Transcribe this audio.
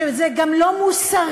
שזה גם לא מוסרי,